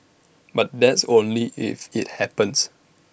but that's only if IT happens